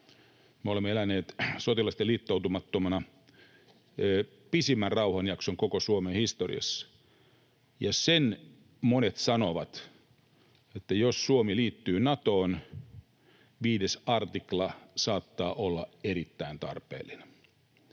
Me olemme eläneet sotilaallisesti liittoutumattomana pisimmän rauhanjakson koko Suomen historiassa, ja sen monet sanovat, että jos Suomi liittyy Natoon, 5 artikla saattaa olla erittäin tarpeellinen.